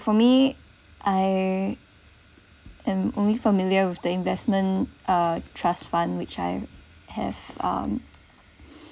for me I am only familiar with the investment uh trust fund which I have um